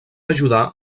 ajudar